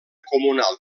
comunal